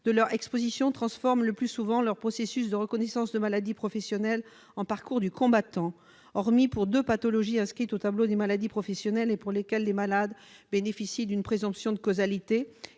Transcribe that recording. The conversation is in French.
de leur exposition transforme le plus souvent le processus de reconnaissance de la maladie professionnelle en parcours du combattant. Hormis pour deux pathologies inscrites au tableau des maladies professionnelles et pour lesquelles les malades bénéficient d'une présomption de causalité,